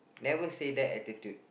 never say that attitude